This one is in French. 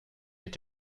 est